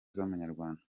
z’amanyarwanda